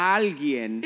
alguien